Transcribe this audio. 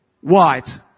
white